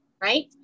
right